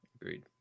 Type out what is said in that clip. agreed